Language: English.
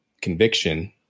conviction